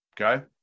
okay